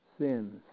sins